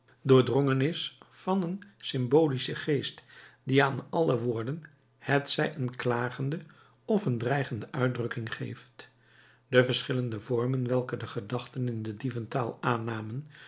doordrongen is van een symbolischen geest die aan alle woorden hetzij een klagende of een dreigende uitdrukking geeft de verschillende vormen welke de gedachten in de dieventaal aannamen